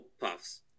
puffs